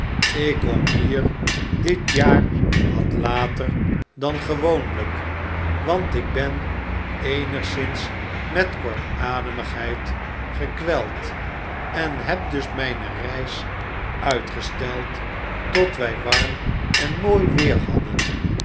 ik kom hier dit jaar wat later dan gewoonlijk want ik ben eenigszins met kortademigheid gekweld en heb dus mijne reis uitgesteld tot wij warm en mooi weer hadden